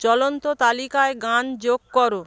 চলন্ত তালিকায় গান যোগ করো